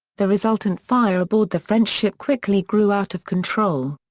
the resultant fire aboard the french ship quickly grew out of control.